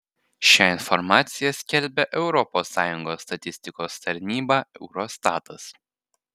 šią informaciją skelbia europos sąjungos statistikos tarnyba eurostatas